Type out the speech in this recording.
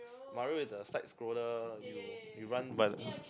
Mario is the side scroller you you run by the